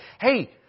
hey